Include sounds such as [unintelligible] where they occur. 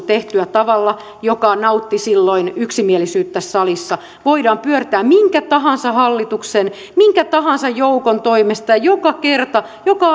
[unintelligible] tehtyä tavalla joka nautti silloin yksimielisyyttä tässä salissa voidaan pyörtää minkä tahansa hallituksen minkä tahansa joukon toimesta ja joka kerta joka [unintelligible]